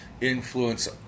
influence